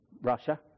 Russia